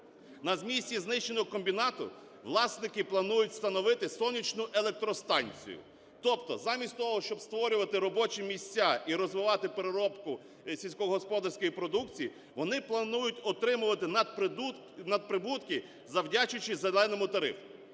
На місці знищеного комбінату власники планують встановити сонячну електростанцію. Тобто замість того, щоб створювати робочі місця і розвивати переробку сільськогосподарської продукції, вони планують отримувати надприбутки, завдячуючи "зеленому" тарифу.